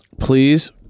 Please